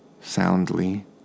soundly